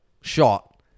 shot